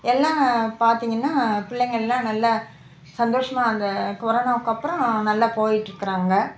எல்லாம் பார்த்திங்கன்னா பிள்ளைங்கள்லாம் நல்லா சந்தோஷமாக அந்த கொரோனாக்கப்புறம் நல்லா போயிட்டுருக்கறாங்க